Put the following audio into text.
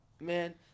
man